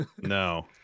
No